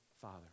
Father